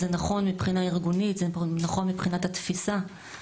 זה נכון מבחינה ארגונית, זה נכון מבחינת התפיסה.